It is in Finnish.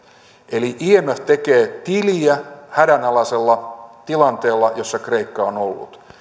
eli imf tekee tiliä hädänalaisella tilanteella jossa kreikka on ollut